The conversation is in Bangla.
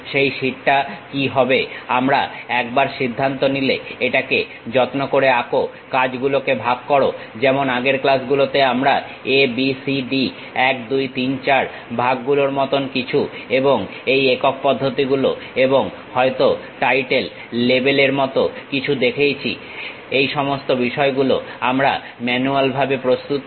সেই শীটটা কি হবে আমরা একবার সিদ্ধান্ত নিলে এটাকে যত্ন করে আঁকো কাজগুলোকে ভাগ করো যেমন আগের ক্লাসগুলোতে আমরা a b c d 1 2 3 4 ভাগগুলোর মতন কিছু এবং এই একক পদ্ধতি গুলো এবং হয়তো টাইটেল লেবেল এর মত কিছু দেখেছি এই সমস্ত বিষয় গুলো আমরা ম্যানুয়ালভাবে প্রস্তুত করছি